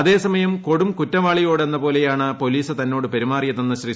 അതേസമയം കൊടുംകുറ്റവാളിയോട് എന്നപോലെയാണ് പോലീസ് തന്നോട് പെരുമാറിയതെന്ന് ശ്രീ